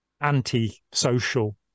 anti-social